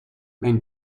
mijn